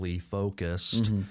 focused